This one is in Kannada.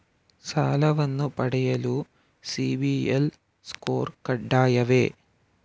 ಸಾಲವನ್ನು ಪಡೆಯಲು ಸಿಬಿಲ್ ಸ್ಕೋರ್ ಕಡ್ಡಾಯವೇ?